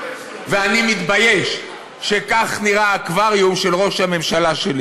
ואני מתבייש שכך נראה האקווריום של ראש הממשלה שלי.